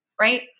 right